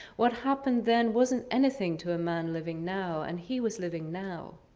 what happened then wasn't anything to a man living now and he was living now.